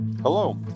Hello